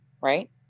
right